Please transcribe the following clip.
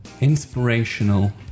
Inspirational